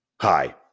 Hi